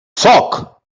foc